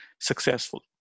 successful